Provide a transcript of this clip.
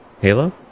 Halo